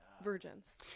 virgins